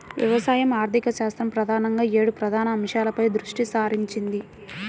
వ్యవసాయ ఆర్థికశాస్త్రం ప్రధానంగా ఏడు ప్రధాన అంశాలపై దృష్టి సారించింది